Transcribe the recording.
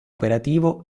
operativo